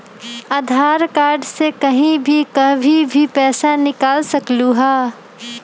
आधार card से कहीं भी कभी पईसा निकाल सकलहु ह?